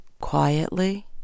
quietly